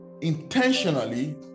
intentionally